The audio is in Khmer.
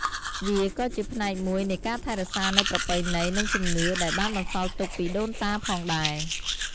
វាក៏ជាផ្នែកមួយនៃការថែរក្សានូវប្រពៃណីនិងជំនឿដែលបានបន្សល់ទុកពីដូនតាផងដែរ។